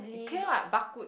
okay what Bak Kut